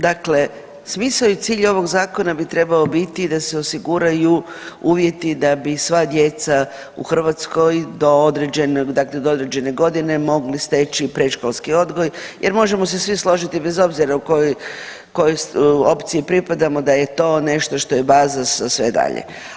Dakle, smisao i cilj ovog Zakona bi trebao biti da se osiguraju uvjeti da bi sva djeca u Hrvatskoj do određenog, dakle do određene godine mogli steći predškolski odgoj, jer, možemo se svi složiti, bez obzira kojoj opciji pripadamo, da je to nešto što je baza za sve dalje.